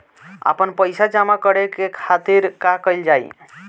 आपन पइसा जमा करे के खातिर का कइल जाइ?